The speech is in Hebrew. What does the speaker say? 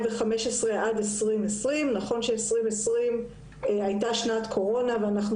עד 2020. נכון ש-2020 הייתה שנת קורונה ואנחנו